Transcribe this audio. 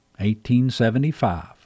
1875